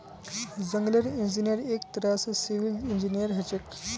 जंगलेर इंजीनियर एक तरह स सिविल इंजीनियर हछेक